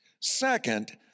Second